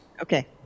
Okay